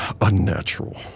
unnatural